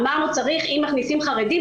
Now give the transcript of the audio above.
אמרנו: אם מכניסים חרדים,